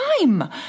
time